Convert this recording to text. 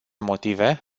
motive